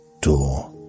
door